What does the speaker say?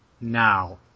now